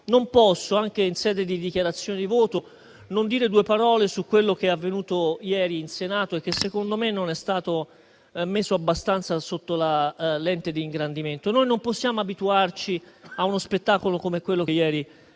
due parole, anche in sede di dichiarazione di voto, su quello che è avvenuto ieri in Senato e che, secondo me, non è stato messo abbastanza sotto la lente di ingrandimento. Non possiamo abituarci a uno spettacolo come quello che ieri è andato